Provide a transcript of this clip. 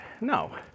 No